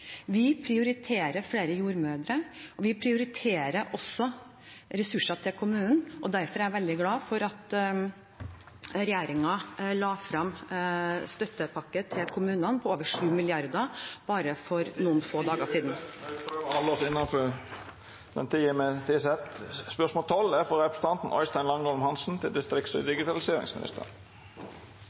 Vi prioriterer flere jordmødre, og vi prioriterer også ressurser til kommunene. Derfor er jeg veldig glad for at regjeringen la fram støttepakke til kommunene på over 7 mrd. kr bare for … Tida er ute! Me må prøva å halda oss til den tida me er tildelt. «Distrikts- og digitaliseringsministeren har gjentatte ganger uttalt seg